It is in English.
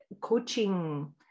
coaching